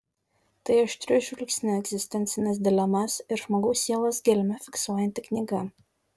tai aštriu žvilgsniu egzistencines dilemas ir žmogaus sielos gelmę fiksuojanti knyga